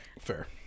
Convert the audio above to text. Fair